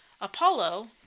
Apollo